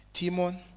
Timon